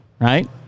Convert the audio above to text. right